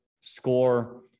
score